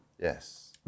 Yes